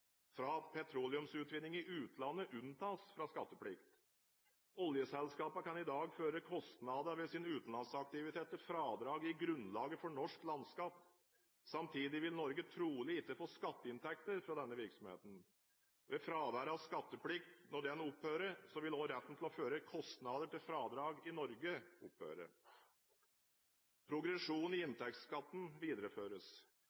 fra petroleumsutvinning i utlandet unntas fra skatteplikt. Oljeselskapene kan i dag føre kostnader ved sin utenlandsaktivitet til fradrag i grunnlaget for norsk landskatt. Samtidig vil Norge trolig ikke få skatteinntekter fra denne virksomheten. Ved fravær av skatteplikt vil også retten til å føre disse kostnadene til fradrag i Norge opphøre. Progresjonen i